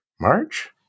March